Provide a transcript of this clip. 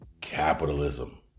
capitalism